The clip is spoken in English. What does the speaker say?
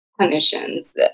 clinicians